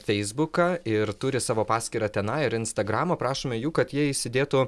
feisbuką ir turi savo paskyrą tenai ir instagramo prašome jų kad jie įsidėtų